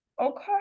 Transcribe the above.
okay